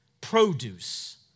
Produce